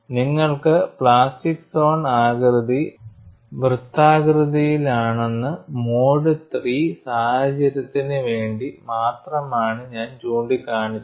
നിങ്ങൾക്ക് plastic zone ആകൃതി വൃത്താകൃതിയിലാണെന്നു മോഡ് III സാഹചര്യത്തിന് വേണ്ടി മാത്രമാണ് ഞാൻ ചൂണ്ടിക്കാണിച്ചത്